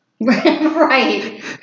Right